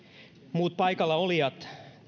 muut paikallaolijat